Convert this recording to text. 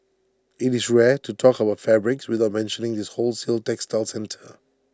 IT is rare to talk about fabrics without mentioning this wholesale textile centre